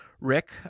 Rick